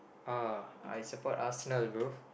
uh I support Arsenal bro